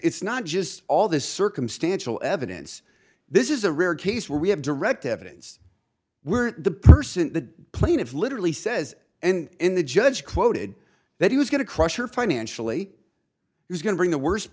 it's not just all this circumstantial evidence this is a rare case where we have direct evidence were the person the plaintiff literally says and the judge quoted that he was going to crush her financially he was going to bring the worst